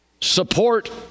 Support